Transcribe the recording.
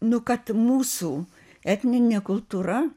nu kad mūsų etninė kultūra